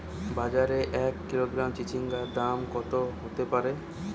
বাজারে এক কিলোগ্রাম চিচিঙ্গার দাম কত হতে পারে?